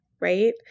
right